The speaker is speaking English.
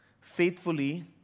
faithfully